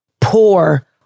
poor